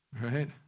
right